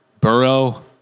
Burrow